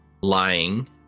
lying